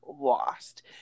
Lost